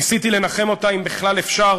ניסיתי לנחם אותה, אם בכלל אפשר